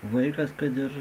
vaikas kad ir